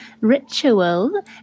ritual